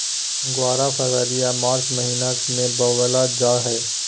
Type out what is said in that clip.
ग्वार फरवरी या मार्च महीना मे बोवल जा हय